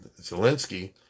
Zelensky